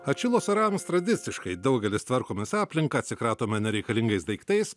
atšilus orams tradiciškai daugelis tvarkomės aplinką atsikratome nereikalingais daiktais